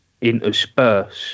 intersperse